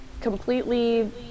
completely